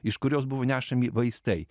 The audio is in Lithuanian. iš kurios buvo nešami vaistai